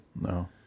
No